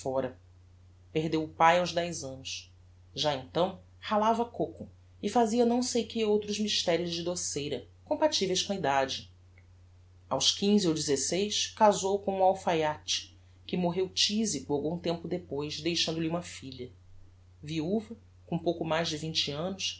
fóra perdeu o pae aos dez annos já então ralava côco e fazia não sei que outros misteres de doceira compativeis com a edade aos quinze ou dezeseis casou com um alfaiate que morreu tisico algum tempo depois deixando-lhe uma filha viuva com pouco mais de vinte annos